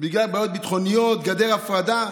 בגלל בעיות ביטחוניות, גדר הפרדה.